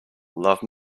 love